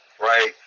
Right